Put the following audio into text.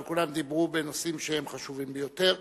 אבל כולם דיברו בנושאים שהם חשובים ביותר.